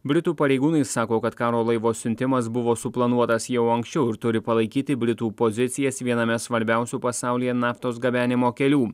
britų pareigūnai sako kad karo laivo siuntimas buvo suplanuotas jau anksčiau ir turi palaikyti britų pozicijas viename svarbiausių pasaulyje naftos gabenimo kelių